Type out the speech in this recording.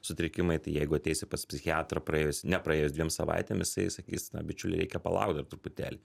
sutrikimai tai jeigu ateisi pas psichiatrą praėjus nepraėjus dviem savaitėm jisai sakys na bičiuli reikia palaukt dar truputėlį